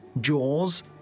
jaws